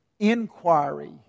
inquiry